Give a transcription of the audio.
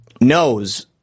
knows